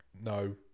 no